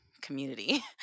community